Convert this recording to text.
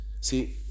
See